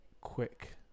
quick